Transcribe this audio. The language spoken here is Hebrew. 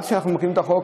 עד שאנחנו מביאים את החוק,